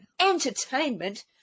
Entertainment